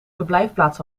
verblijfplaats